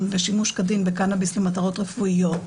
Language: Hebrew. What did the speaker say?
לשימוש כדין בקנאביס למטרות רפואיות,